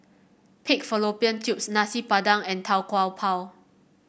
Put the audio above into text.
Pig Fallopian Tubes Nasi Padang and Tau Kwa Pau